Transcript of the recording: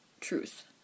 truth